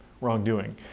wrongdoing